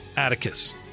Atticus